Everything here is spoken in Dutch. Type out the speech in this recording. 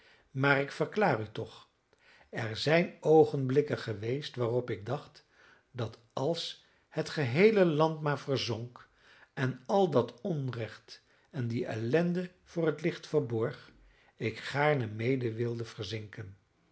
maar ik verklaar u toch er zijn oogenblikken geweest waarop ik dacht dat als het geheele land maar verzonk en al dat onrecht en die ellende voor het licht verborg ik gaarne mede wilde verzinken